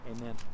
Amen